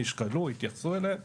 נשקלו התייחסו אליהם